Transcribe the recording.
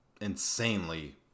insanely